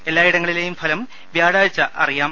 എല്ലായിടങ്ങളിലെയും ഫലം വ്യാഴാഴ്ച അറിയാം